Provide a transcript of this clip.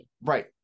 Right